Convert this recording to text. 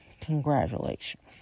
congratulations